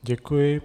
Děkuji.